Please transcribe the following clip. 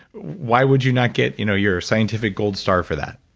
why would you not get you know your scientific gold star for that?